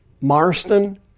Marston